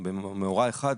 במאורע אחד,